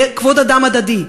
לכבוד אדם הדדי.